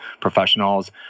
professionals